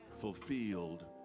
fulfilled